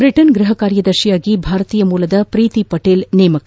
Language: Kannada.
ಬ್ರಿಟನ್ ಗ್ಬಹ ಕಾರ್ಯದರ್ಶಿಯಾಗಿ ಭಾರತೀಯ ಮೂಲದ ಪ್ರೀತಿ ಪಟೇಲ್ ನೇಮಕ